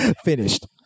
Finished